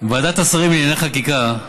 ועדת השרים לענייני חקיקה,